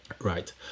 right